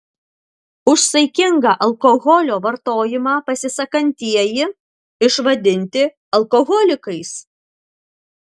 už saikingą alkoholio vartojimą pasisakantieji išvadinti alkoholikais